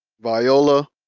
Viola